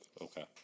Okay